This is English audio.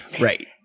Right